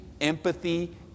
empathy